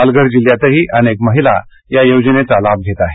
पालघर जिल्ह्यातही अनेक महिला या योजनेचा लाभ घेत आहेत